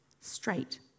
Straight